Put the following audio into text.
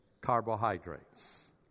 carbohydrates